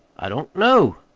i don't know.